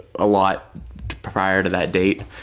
a lot prior to that date.